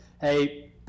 hey